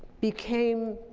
became